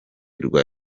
rwa